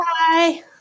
Bye